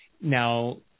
Now